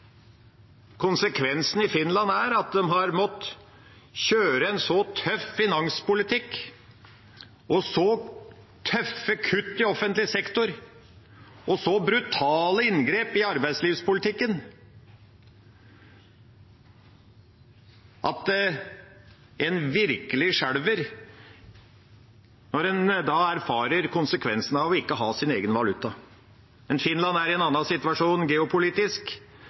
Konsekvensen i Finland er at de har måttet kjøre en så tøff finanspolitikk, så tøffe kutt i offentlig sektor og så brutale inngrep i arbeidslivspolitikken at en virkelig skjelver når en erfarer konsekvensene av ikke å ha sin egen valuta. Men Finland er i en annen situasjon geopolitisk,